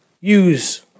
Use